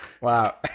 Wow